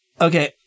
Okay